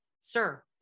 Sir